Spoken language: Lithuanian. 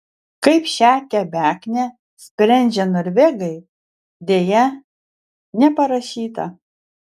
kaip šią kebeknę sprendžia norvegai deja neparašyta